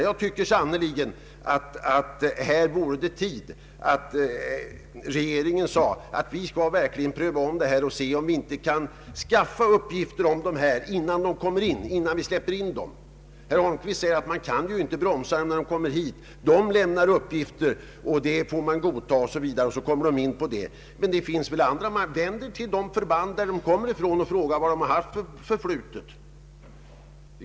Jag tycker sannerligen att det vore tid att regeringen sade att detta måste prövas om och att det måste skaffas uppgifter om dessa personer innan vi släpper in dem. Herr Holmqvist säger att man inte kan bromsa dem när de kommer hit. De uppgifter som de lämnar får man godta, o.s.v. Men visst finns det möjligheter att inhämta upplysningar. Vänd er till de förband som de kommer ifrån och fråga vad de har för förflutet!